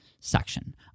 section